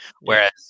Whereas